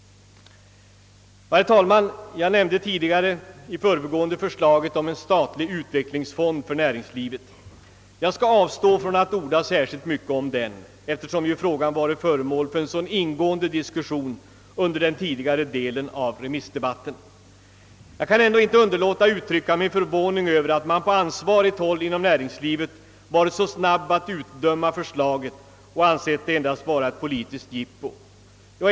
Herr talman! Jag nämnde tidigare i förbigående förslaget om en statlig utvecklingsfond för näringslivet. Jag skall avstå från att orda särskilt mycket om denna, eftersom frågan ju varit föremål för en ingående diskussion under den tidigare delen av remissdebatten. Jag kan ändå inte underlåta att uttrycka min förvåning över att man på ansvarigt håll inom näringslivet varit så snabb att utdöma förslaget och ansett det endast vara »ett politiskt jippo».